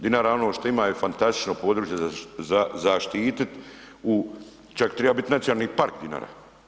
Dinara ono što ima je fantastično područje za zaštiti u, čak triba biti nacionalni park Dinara.